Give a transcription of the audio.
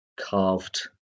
carved